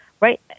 right